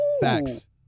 Facts